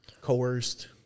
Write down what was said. Coerced